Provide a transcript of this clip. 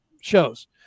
shows